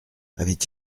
avait